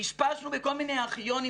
פשפשנו בכל מיני ארכיונים,